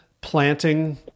planting